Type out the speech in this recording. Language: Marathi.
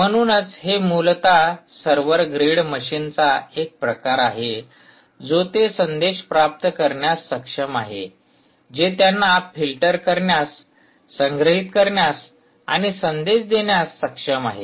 म्हणूनच हे मूलत सर्व्हर ग्रेड मशीनचा एक प्रकार आहे जो ते संदेश प्राप्त करण्यास सक्षम आहे जे त्यांना फिल्टर करण्यास संग्रहित करण्यास आणि संदेश देण्यास सक्षम आहे